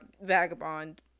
vagabond